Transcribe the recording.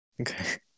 Okay